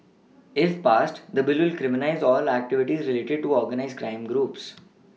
if passed the Bill will criminalise all activities related to organised crime groups